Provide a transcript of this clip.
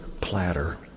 platter